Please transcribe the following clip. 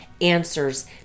answers